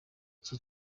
iki